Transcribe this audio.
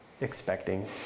expecting